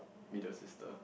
middle sister